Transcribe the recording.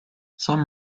some